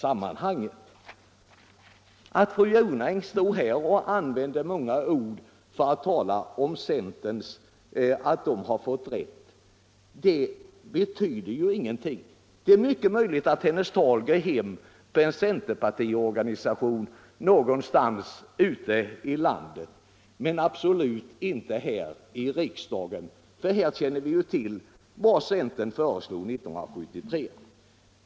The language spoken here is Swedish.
Det förhållandet att fru Jonäng nyss stod här och använde många ord för att tala om att centern fått rätt betyder ingenting. Det är mycket möjligt att hennes tal skulle gå hem på en centerpartisammankomst någonstans ute i landet, men absolut inte här i riksdagen. Här känner vi nämligen till vad centern föreslog 1973.